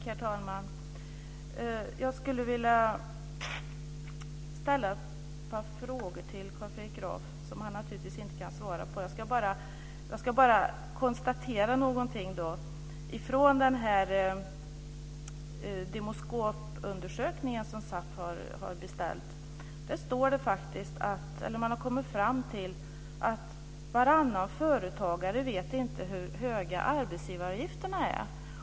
Herr talman! Jag skulle vilja ställa ett par frågor till Carl Fredrik Graf. Han kan naturligtvis inte svara på dem nu. Jag kan bara konstatera något då. I den Demoskopundersökning som SAF har beställt har man kommit fram till att varannan företagare inte vet hur höga arbetsgivaravgifterna är.